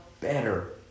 better